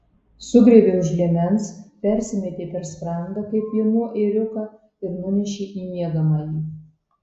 sugriebė už liemens persimetė per sprandą kaip piemuo ėriuką ir nunešė į miegamąjį